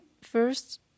First